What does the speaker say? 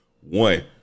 One